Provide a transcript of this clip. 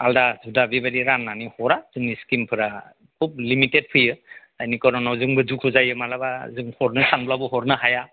आलादा जुदा बेबादि राननानै हरा जोंनि स्खिमफोरा खुब लिमिथेद फैयो जायनि खारनाव जोंबो दुखु जायो मालाबा जों हरनो सानब्लाबो हरनो हाया